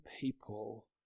people